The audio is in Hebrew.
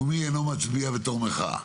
ומי אינו מצביע בתור מחאה?